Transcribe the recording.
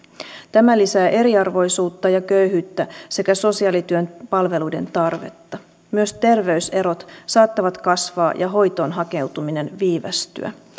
tämä lisää eriarvoisuutta ja köyhyyttä sekä sosiaalityön palveluiden tarvetta myös terveyserot saattavat kasvaa ja hoitoon hakeutuminen viivästyä